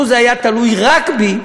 לו זה היה תלוי רק בי,